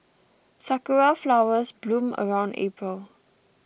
sakura flowers bloom around April